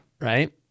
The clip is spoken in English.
right